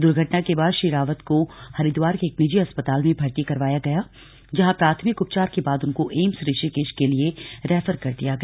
दुर्घटना के बाद श्री रावत को हरिद्वार के एक निजी अस्पताल में भर्ती करवाया गया जहां प्राथमिक उपचार के बाद उनको एम्स ऋषिकेश के लिए रेफर कर दिया गया